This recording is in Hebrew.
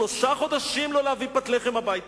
שלושה חודשים לא להביא פת לחם הביתה?